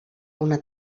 una